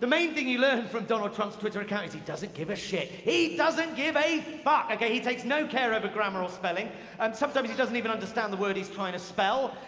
the main thing you learn from donald trump's twitter account is he doesn't give a shit. he doesn't give a fuck! he takes no care over grammar or spelling and sometimes he doesn't even understand the word he's trying to spell,